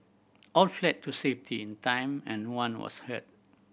all fled to safety in time and one was hurt